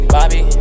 Bobby